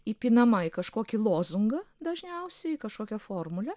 įpinama į kažkokį lozungą dažniausiai į kažkokią formulę